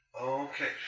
Okay